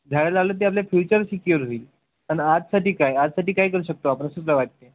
झाडं लावलं की आपलं फ्युचर सिक्युअर होईल आणि आजसाठी काय आजसाठी काय करू शकतो आपण असं सुद्धा वाटते